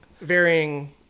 varying